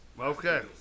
Okay